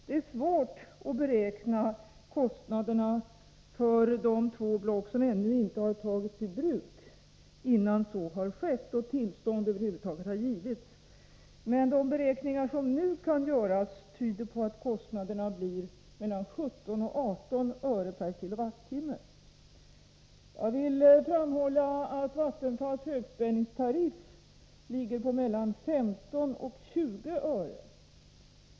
Det är svårt att beräkna kostnaderna för de två block som ännu inte tagits i bruk och innan tillstånd över huvud taget har givits. Men de beräkningar som man nu kan göra tyder på att kostnaderna blir 17-18 öre/kWh. Jag vill framhålla att priset enligt Vattenfalls högspänningstariff ligger på 15-20 öre.